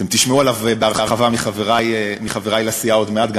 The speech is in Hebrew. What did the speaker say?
אתם תשמעו עליו בהרחבה מחברי לסיעה עוד מעט,